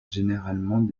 généralement